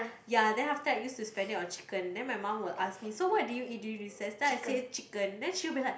ya then after that I used to spend it on chicken then my mum will ask me so what did you eat during recess then I say chicken then she will be like